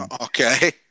Okay